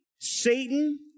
Satan